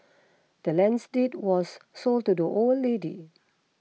the land's deed was sold to the old lady